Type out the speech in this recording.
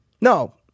No